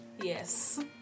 Yes